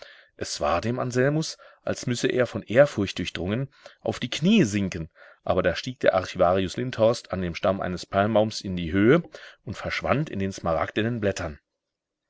es war dem anselmus als müsse er von ehrfurcht durchdrungen auf die knie sinken aber da stieg der archivarius lindhorst an dem stamm eines palmbaums in die höhe und verschwand in den smaragdenen blättern